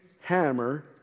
hammer